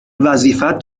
وظیفت